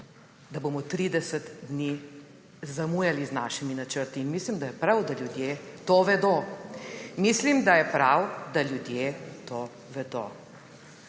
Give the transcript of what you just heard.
da bomo 30 dni zamujali z našimi načrti. In mislim, da je prav, da ljudje to vedo. Mislim, da je prav, da ljudje to vedo,